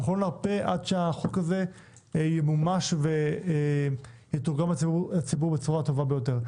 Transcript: אנחנו לא נרפה עד שהחוק הזה ימומש ויתורגם בציבור בצורה הטובה ביותר.